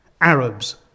Arabs